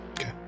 Okay